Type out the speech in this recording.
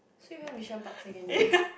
so he went Mission Park secondary